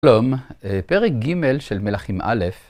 שלום, פרק ג' של מלכים א',